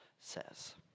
says